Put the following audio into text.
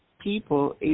People